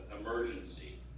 emergency